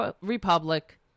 republic